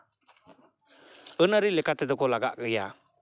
ᱟᱹᱱᱼᱟᱹᱨᱤ ᱞᱮᱠᱟ ᱛᱮᱫᱚ ᱠᱚ ᱞᱟᱜᱟᱜ ᱜᱮᱭᱟ